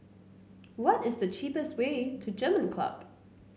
what is the cheapest way to German Club